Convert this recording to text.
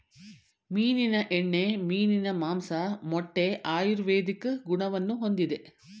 ಮೀನಿನ ಎಣ್ಣೆ, ಮೀನಿನ ಮಾಂಸ, ಮೊಟ್ಟೆ ಆಯುರ್ವೇದಿಕ್ ಗುಣವನ್ನು ಹೊಂದಿದೆ